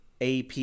AP